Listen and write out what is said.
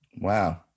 Wow